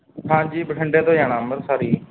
ਹਾਂਜੀ ਬਠਿੰਡੇ ਤੋਂ ਜਾਣਾ ਅੰਮ੍ਰਿਤਸਰ ਜੀ